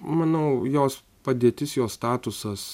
manau jos padėtis jos statusas